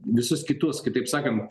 visus kitus kitaip sakant